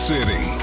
City